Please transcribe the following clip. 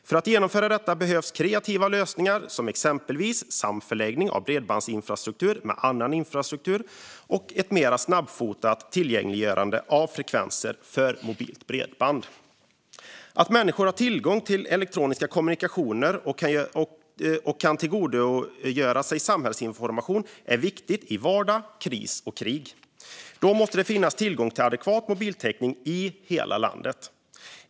För att genomföra detta behövs kreativa lösningar som exempelvis samförläggning av bredbandsinfrastruktur med annan infrastruktur och ett mer snabbfotat tillgängliggörande av frekvenser för mobilt bredband. Att människor har tillgång till elektronisk kommunikation och kan tillgodogöra sig samhällsinformation är viktigt i vardag, kris och krig. Då måste det finnas tillgång till adekvat mobiltäckning i hela landet.